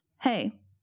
Hey